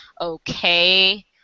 okay